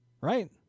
Right